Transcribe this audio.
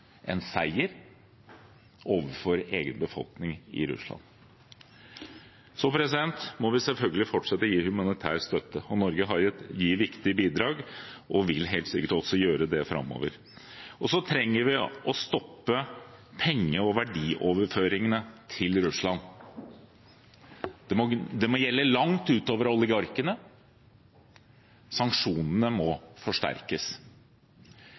en seier overfor egen befolkning i Russland. Vi må selvfølgelig fortsette å gi humanitær støtte. Norge har gitt viktige bidrag og vil helt sikkert også gjøre det framover. Vi trenger å stoppe penge- og verdioverføringene til Russland. Det må gjelde langt utover oligarkene. Sanksjonene må forsterkes.